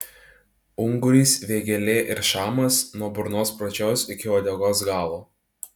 ungurys vėgėlė ir šamas nuo burnos pradžios iki uodegos galo